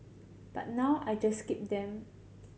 but now I just keep them